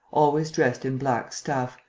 always dressed in black stuff,